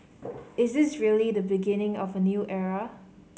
is this really the beginning of a new era